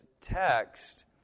text